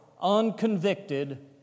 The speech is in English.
unconvicted